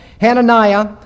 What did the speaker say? Hananiah